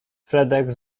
fredek